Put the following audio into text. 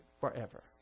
forever